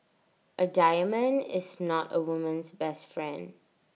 A diamond is not A woman's best friend